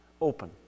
open